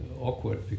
awkward